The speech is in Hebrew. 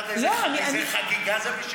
את יודעת איזה חגיגה זה בשבילם?